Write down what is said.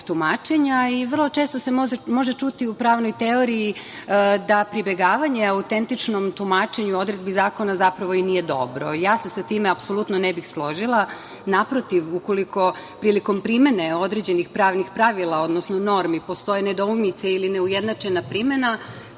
Vrlo često se može ćuti u pravnoj teoriji da pribegavanje autentičnom tumačenju odredbi zakona zapravo i nije dobro. Ja se sa time apsolutno ne bih složila. Naprotiv, ukoliko prilikom primene određenih pravnih pravila, odnosno normi, postoje nedoumice ili neujednačena primena